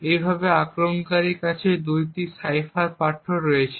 এইভাবে আক্রমণকারীর কাছে 2টি সাইফার পাঠ্য রয়েছে